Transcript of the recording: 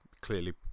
clearly